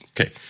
Okay